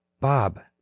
Bob